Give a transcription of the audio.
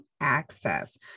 access